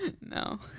No